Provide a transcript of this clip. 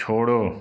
छोड़ो